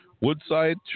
Woodside